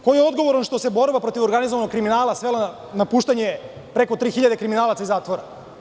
Ko je odgovoran što se borba protiv organizovanog kriminala svela na puštanje preko 3000 kriminalaca iz zatvora?